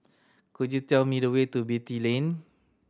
could you tell me the way to Beatty Lane